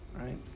right